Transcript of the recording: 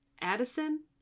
Addison